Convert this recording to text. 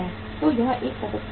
तो यह एक सतत प्रक्रिया है